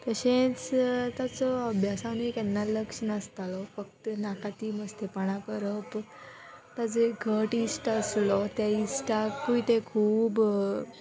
तशेंच ताचो अभ्यासानूय केन्नाच लक्ष नासतालो फक्त नाका ती मस्तेपणां करप ताचो एक घट इश्ट आसलो त्या इश्टाकूय ते खूब